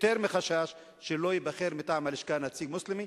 יותר מחשש שלא ייבחר מטעם הלשכה נציג מוסלמי.